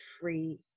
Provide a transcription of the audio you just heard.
free